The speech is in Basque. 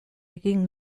egin